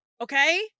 okay